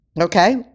okay